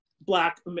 black